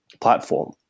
platform